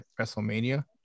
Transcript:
WrestleMania